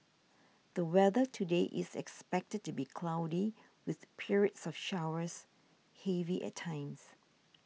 the weather today is expected to be cloudy with periods of showers heavy at times